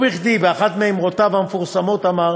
לא בכדי אחת מאמרותיו המפורסמות היא,